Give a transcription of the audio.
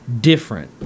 different